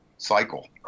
cycle